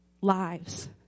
lives